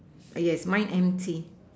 uh yes mine empty